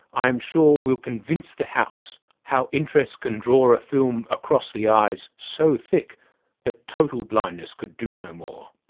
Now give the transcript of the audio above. i am sure will convince the house how interest can draw a film across the eyes so thick that total blindness could do no more.